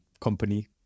company